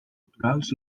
culturals